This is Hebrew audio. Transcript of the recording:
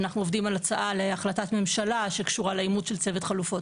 אנחנו עובדים על הצעה להחלטת ממשלה שקשורה לאימוץ של צוות חלופות